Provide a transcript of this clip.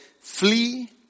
flee